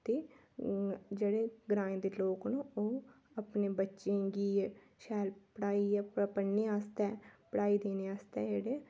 ते जह्ड़े ग्राएं दे लोक न ओह् अपने बच्चें गी शैल पढ़ाइयै पढ़ने आस्तै पढ़ाई देने आस्तै जेह्ड़े